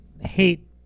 hate